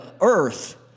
earth